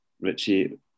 Richie